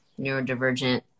neurodivergent